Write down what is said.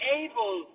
able